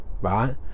right